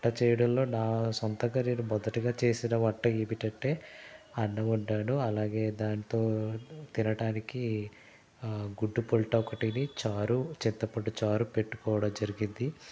వంట చేయడంలో నా సొంతంగా నేను మొదటిగా చేసిన వంట ఏమిటంటే అన్నం వండాను అలాగే దాంతో తినటానికి గుడ్డు పుల్టా ఒకటిని చారు చింతపండు చారు పెట్టుకోవడం జరిగింది